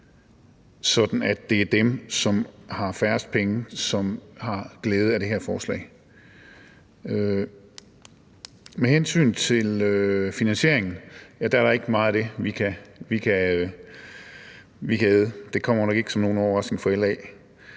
at det er dem, som har færrest penge, som har glæde af det her forslag. Med hensyn til finansieringen er der ikke meget af det, vi kan æde, og det kommer nok ikke som nogen overraskelse for LA,